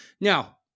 Now